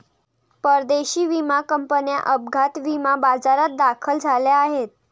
परदेशी विमा कंपन्या अपघात विमा बाजारात दाखल झाल्या आहेत